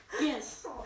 Yes